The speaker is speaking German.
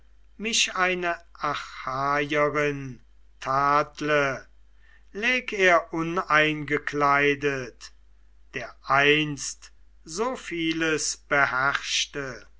mich eine achaierin tadle läg er uneingekleidet der einst so vieles beherrschte